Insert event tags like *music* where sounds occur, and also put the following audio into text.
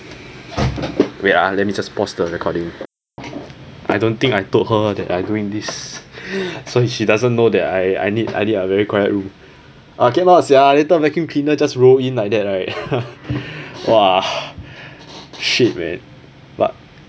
wait ah let me just pause the recording I don't think I told her that I doing this *laughs* so she doesn't know that I I need I need like a very quiet room I cannot sia later vaccuum cleaner just roll in like that right *laughs* !wah! shit man